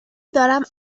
دارم